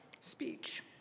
speech